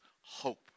hope